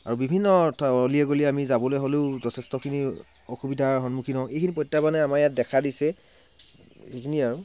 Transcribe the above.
আৰু বিভিন্ন অলিয়ে গলিয়ে আমি যাবলৈ হ'লেও যথেষ্টখিনি অসুবিধাৰ সন্মুখীন হওঁ এইখিনি প্ৰত্যাহ্বানে আমাৰ ইয়াত দেখা দিছে এইখিনিয়ে আৰু